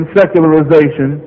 secularization